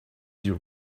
you